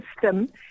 system